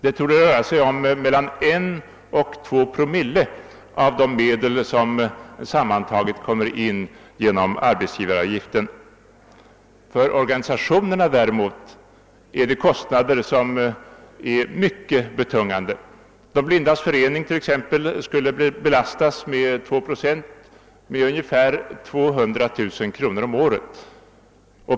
Det torde röra sig om mellan 1 och 2 promille av de medel som sammantaget kommer in genom arbetsgivaravgiften. För organisationerna gäller det däremot kostnader som är mycket betungande. De blindas förening skulle t.ex. vid en höjning till 2 procent av arbetsgivaravgiften belastas med ungefär 200 000 kronor om året.